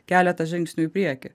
keletą žingsnių į priekį